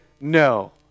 no